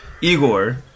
Igor